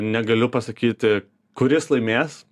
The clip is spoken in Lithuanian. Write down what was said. negaliu pasakyti kuris laimės